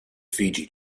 fiji